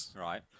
right